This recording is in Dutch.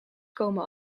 komen